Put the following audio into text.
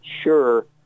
sure